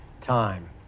time